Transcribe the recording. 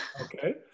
Okay